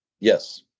Yes